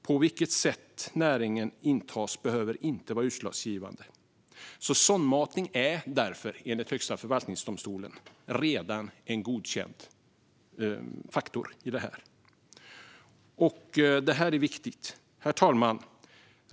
På vilket sätt näringen intas bör inte vara utslagsgivande. Sondmatning är därför, enligt Högsta förvaltningsdomstolen, redan godkänd för assistansersättning, och det är viktigt. Fru talman!